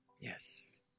Yes